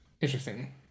interesting